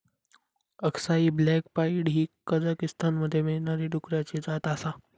अक्साई black pied ही कझाकीस्तानमध्ये मिळणारी डुकराची जात आसा